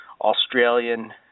Australian